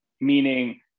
Meaning